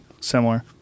similar